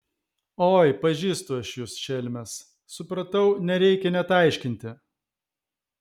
oi pažįstu aš jus šelmes supratau nereikia net aiškinti